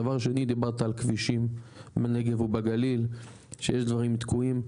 דבר שני דיברת על כבישים בנגב ובגליל שיש דברי תקועים,